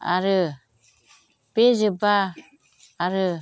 आरो बे जोबबा आरो